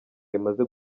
rimaze